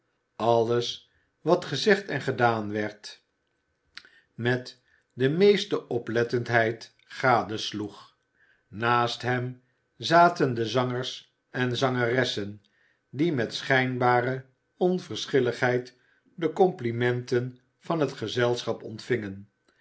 alles wat gezegd en gedaan werd met de meeste oplettendheid gadesloeg naast hem zaten de zangers en zangeressen die met schijnbare onverschilligheid de complimenten van het gezelschap ontvingen